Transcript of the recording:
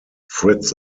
fritz